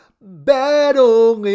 Battle